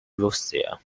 russia